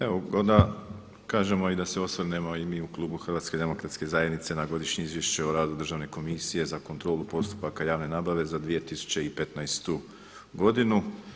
Evo da kažemo i da se osvrnemo i mi u klubu Hrvatske demokratske zajednice na Godišnje izvješće o radu Državne komisije za kontrolu postupaka javne nabave za 2015. godinu.